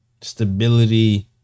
stability